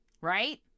right